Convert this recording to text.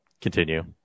continue